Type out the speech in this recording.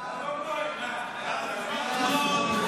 להעביר את הצעת חוק העונשין (תיקון,